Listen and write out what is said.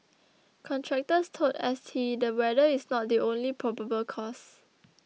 contractors told S T the weather is not the only probable cause